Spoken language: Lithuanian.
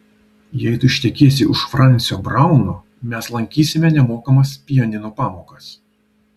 jei tu ištekėsi už francio brauno mes lankysime nemokamas pianino pamokas